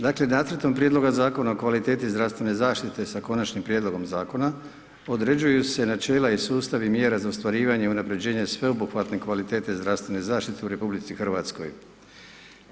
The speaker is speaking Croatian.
Dakle, nacrtom Prijedloga Zakona o kvaliteti zdravstvene zaštite sa Konačnim prijedlogom Zakona, određuju se načela i sustavi mjera za ostvarivanje i unapređenje sveobuhvatne kvalitete zdravstvene zaštite u Republici Hrvatskoj.